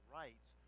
rights